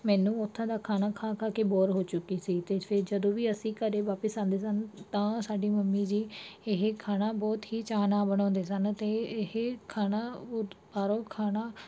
ਮੈਨੂੰ ਉੱਥੋਂ ਦਾ ਖਾਣਾ ਖਾ ਖਾ ਕੇ ਬੋਰ ਹੋ ਚੁੱਕੀ ਸੀ ਅਤੇ ਫਿਰ ਜਦੋਂ ਵੀ ਅਸੀਂ ਘਰ ਵਾਪਿਸ ਆਉਂਦੇ ਸਨ ਤਾਂ ਸਾਡੀ ਮੰਮੀ ਜੀ ਇਹ ਖਾਣਾ ਬਹੁਤ ਹੀ ਚਾਅ ਨਾਲ ਬਣਾਉਂਦੇ ਸਨ ਅਤੇ ਇਹ ਖਾਣਾ ਬਾਹਰੋਂ ਖਾਣਾ